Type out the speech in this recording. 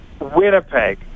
Winnipeg